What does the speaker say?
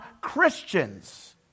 Christians